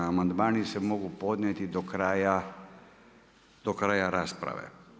Amandmani se mogu podnijeti do kraja rasprave.